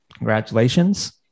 congratulations